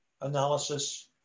analysis